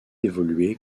évoluer